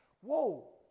whoa